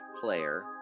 player